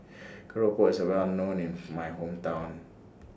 Keropok IS Well known in My Hometown